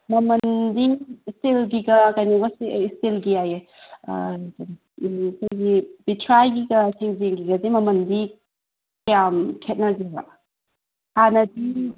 ꯃꯃꯜꯗꯤ ꯏꯁꯇꯤꯜꯒꯤꯒ ꯀꯩꯅꯣꯒꯁꯦ ꯏꯁ꯭ꯇꯤꯜꯒꯤ ꯍꯥꯏꯌꯦ ꯄꯤꯊ꯭ꯔꯥꯏꯒꯤꯒ ꯁꯦꯟꯖꯦꯡꯒꯤꯒꯁꯦ ꯃꯃꯜꯗꯤ ꯀꯌꯥꯝ ꯈꯦꯠꯅꯒꯦꯕ ꯍꯥꯟꯅꯗꯤ